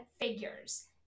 figures